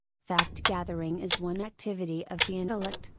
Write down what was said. fact gathering is one activity of the intellect,